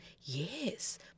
yes